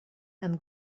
and